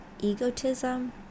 egotism